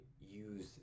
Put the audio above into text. use